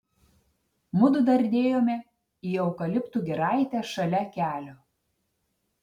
mudu dardėjome į eukaliptų giraitę šalia kelio